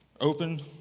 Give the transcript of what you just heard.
open